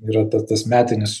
yra ta tas metinis